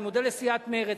אני מודה לסיעת מרצ,